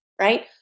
right